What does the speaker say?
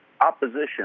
opposition